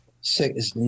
six